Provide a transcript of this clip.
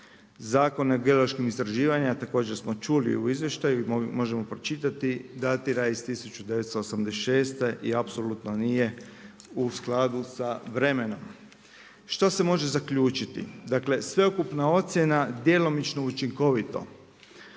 Zakon o geološkim istraživanjima također smo čuli u izvještaju i možemo pročitati, datira iz 1986. i apsolutno nije u skladu sa vremenom. Što se može zaključiti? Dakle sveukupna ocjena djelomično učinkovito,